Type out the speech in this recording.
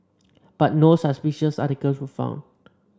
but no suspicious articles were found